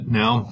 now